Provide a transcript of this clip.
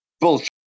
Bullshit